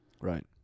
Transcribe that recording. Right